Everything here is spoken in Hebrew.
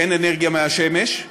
אין אנרגיה מהשמש.